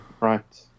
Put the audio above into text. right